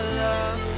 love